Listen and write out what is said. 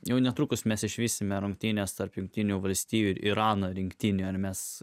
jau netrukus mes išvysime rungtynes tarp jungtinių valstijų ir irano rinktinių ar mes